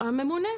הממונה.